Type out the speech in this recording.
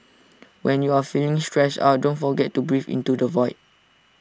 when you are feeling stressed out don't forget to breathe into the void